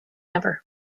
ever